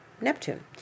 Neptune